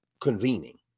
convening